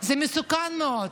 זה מסוכן מאוד.